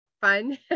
Fun